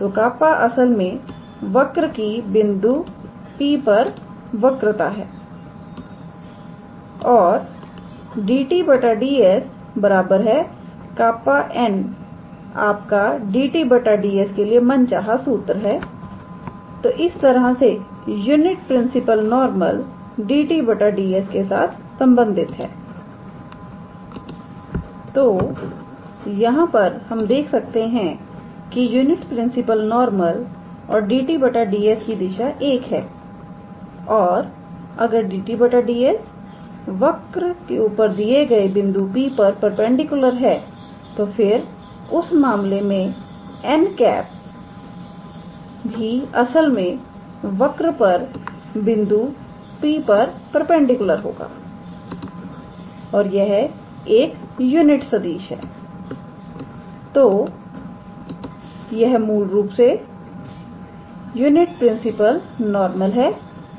तो कापा असल में वक्र की बिंदु P पर वक्रता है और 𝑑𝑡 𝑑𝑠 𝜅𝑛̂ आपका 𝑑𝑡 𝑑𝑠 के लिए मन चाहा सूत्र है और इस तरह से यह यूनिट प्रिंसिपल नॉर्मल 𝑑𝑡 𝑑𝑠 के साथ संबंधित है तो यहां पर हम देख सकते हैं कि यूनिट प्रिंसिपल नॉर्मल और 𝑑𝑡 𝑑𝑠 की दिशा एक है और अगर 𝑑𝑡 𝑑𝑠 वक्र के ऊपर दिए गए बिंदु P पर परपेंडिकुलर है तो फिर उस मामले में 𝑛̂ भी असल में वक्र पर बिंदु P पर परपेंडिकुलर होगा और यह एक यूनिट सदिश है तो यह मूल रूप से यूनिट प्रिंसिपल नॉरमल है